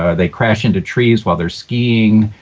ah they crash into trees while they're skiing,